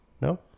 No